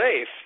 safe